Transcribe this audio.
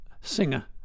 singer